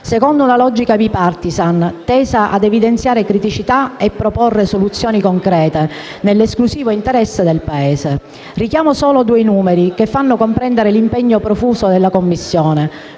secondo una logica *bipartisan* tesa ad evidenziare criticità e a proporre soluzioni concrete nell'esclusivo interesse del Paese. Richiamo solo due numeri, che fanno comprendere l'impegno profuso dalla Commissione: